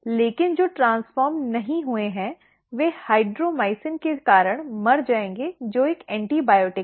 लेकिन जो ट्रांसफॉर्म्ड नहीं हुए हैं वे हाइड्रोमाइसिन के कारण मर जाएंगे जो एक एंटीबायोटिक है